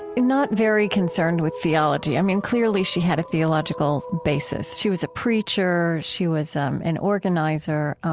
and not very concerned with theology, i mean, clearly, she had a theological basis. she was a preacher, she was um an organizer,